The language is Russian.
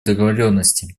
договоренности